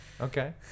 Okay